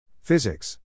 Physics